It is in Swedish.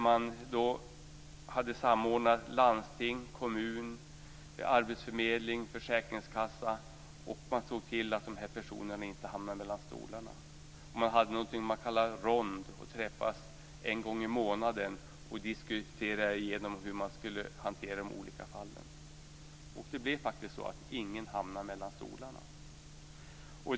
Man hade samordnat landsting, kommun, arbetsförmedling, försäkringskassa och såg till att dessa personer inte hamnade mellan stolarna. Man hade något som man kallade rond där man träffades en gång i månaden och diskuterade igenom hur man skulle hantera de olika fallen. Det blev faktiskt så att ingen hamnade mellan stolarna.